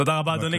תודה רבה, אדוני.